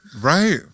Right